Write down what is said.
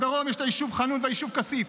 בדרום יש את היישוב חנון ואת היישוב כסיף,